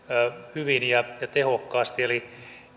hyvin ja tehokkaasti eli